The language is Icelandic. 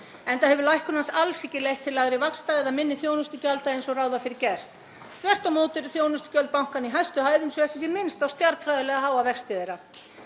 enda hefur lækkun hans alls ekki leitt til lægri vaxta eða minni þjónustugjalda eins og ráð var fyrir gert. Þvert á móti eru þjónustugjöld bankanna í hæstu hæðum svo að ekki sé minnst á stjarnfræðilega háa vexti þeirra